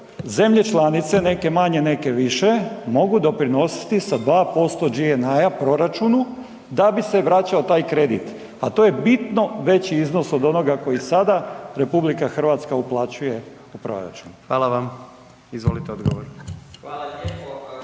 zemlje članice, neke manje, neke više, mogu doprinositi sa 2% GNI-a proračunu, da bi se vraćao taj kredit, a to je bitno veći iznos od onoga koji sada RH uplaćuje u proračun. **Jandroković, Gordan